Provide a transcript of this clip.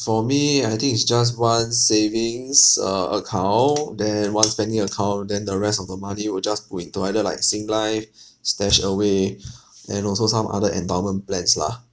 for me I think it's just one savings uh account then one spending account than the rest of the money you uh just put in to either like singlife stashaway and also some other endowment plans lah